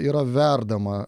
yra verdama